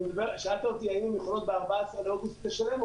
שאלת אותי: האם הן יכולות ב-14 באוגוסט לשלם?